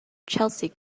chelsea